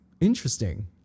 interesting